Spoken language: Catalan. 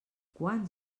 quants